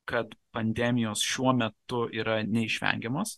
kad pandemijos šiuo metu yra neišvengiamos